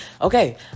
okay